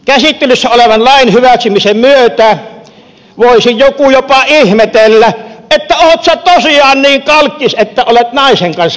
käsittelyssä olevan lain hyväksymisen myötä voisi joku jopa ihmetellä että ootsä tosiaan niin kalkkis että olet naisen kanssa naimisissa